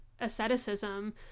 asceticism